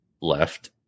left